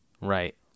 Right